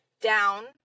down